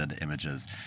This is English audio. images